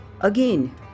again